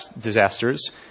disasters